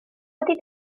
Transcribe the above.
wedi